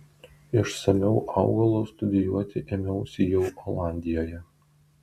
išsamiau augalus studijuoti ėmiausi jau olandijoje